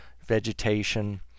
vegetation